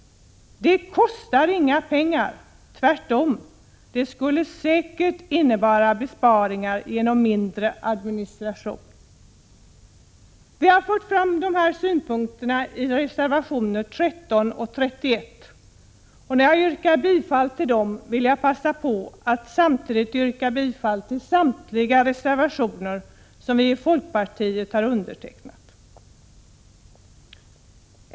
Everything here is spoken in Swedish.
Det kostar inga pengar. Tvärtom, det skulle säkert innebära besparingar genom mindre administration. Vi har fört fram de här synpunkterna i reservationerna 13 och 31, och när jag yrkar bifall till dem vill jag passa på att samtidigt yrka bifall till samtliga reservationer som vi i folkpartiet har undertecknat.